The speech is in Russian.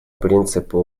принципы